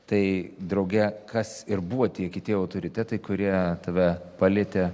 tai drauge kas ir buvo tie kiti autoritetai kurie tave palietė